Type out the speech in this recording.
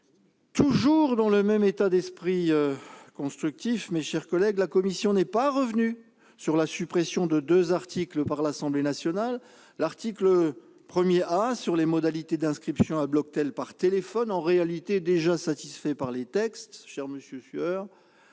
Toujours dans le même état d'esprit constructif, la commission n'est pas revenue sur la suppression de deux articles par l'Assemblée nationale, à savoir l'article 1A concernant les modalités d'inscription à Bloctel par téléphone- il était en réalité déjà satisfait par les textes, cher monsieur Sueur